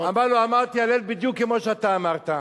אמר לו: אמרתי "הלל" בדיוק כמו שאתה אמרת.